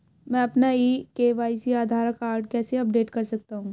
मैं अपना e KYC Aadhaar card कैसे अपडेट कर सकता हूँ?